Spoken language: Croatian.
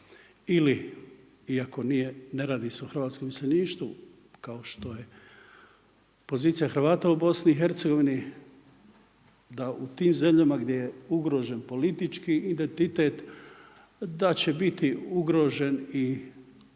ili iako nije, ne radi se o hrvatskom iseljeništvu kao što je pozicija Hrvata u Bosni i Hercegovini da u tim zemljama gdje je ugrožen politički identitet da će biti ugrožen i kulturni